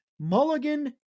Mulligan